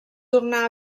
tornar